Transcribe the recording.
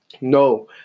No